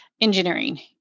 engineering